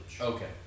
Okay